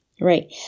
Right